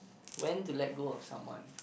when to let go of someone